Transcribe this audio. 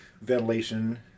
ventilation